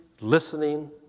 listening